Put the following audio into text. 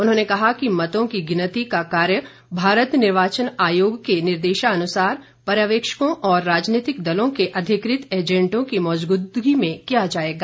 उन्होंने कहा कि मतों की गिनती का कार्य भारत निर्वाचन आयोग के निर्देशानुसार पर्यवेक्षकों और राजनीतिक दलों के अधिकृत एजेंटों की मौजूदगी में किया जाएगा